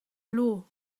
law